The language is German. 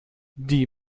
die